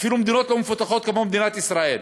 אפילו במדינות שלא מפותחות כמו מדינת ישראל.